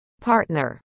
partner